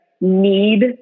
need